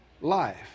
life